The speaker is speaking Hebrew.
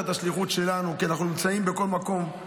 את השליחות שלנו כי אנחנו נמצאים בכל מקום,